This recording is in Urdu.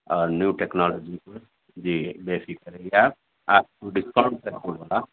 اور نیو ٹیکنالوجی جی بے فکر رہیے آپ آپ کو ڈسکاؤنٹ تک ہوگا